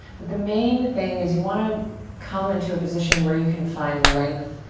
but the main thing is you want to come into a position where you can find length